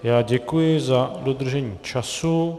Já děkuji za dodržení času.